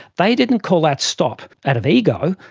they didn't call out stop out of ego,